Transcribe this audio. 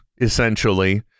essentially